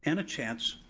and a chance